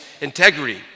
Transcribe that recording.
integrity